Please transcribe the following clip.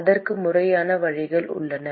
அதற்கு முறையான வழிகள் உள்ளன